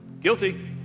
guilty